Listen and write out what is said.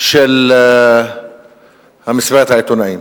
של מסיבת העיתונאים